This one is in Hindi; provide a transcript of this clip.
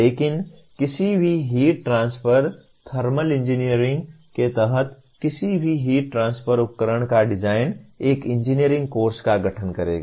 लेकिन किसी भी हीट ट्रांसफर थर्मल इंजीनियरिंग के तहत किसी भी हीट ट्रांसफर उपकरण का डिजाइन एक इंजीनियरिंग कोर्स का गठन करेगा